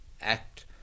act